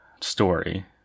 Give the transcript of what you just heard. story